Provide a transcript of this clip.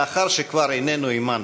לאחר שכבר איננו עמנו.